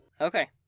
Okay